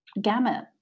gamut